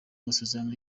amasezerano